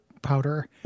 powder